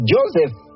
Joseph